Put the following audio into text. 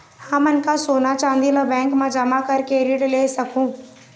हमन का सोना चांदी ला बैंक मा जमा करके ऋण ले सकहूं?